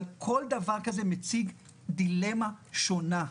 אבל כל דבר כזה מציג דילמה שונה,